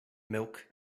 milk